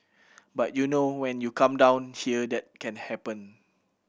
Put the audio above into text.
but you know when you come down here that can happen